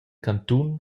cantun